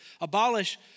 abolish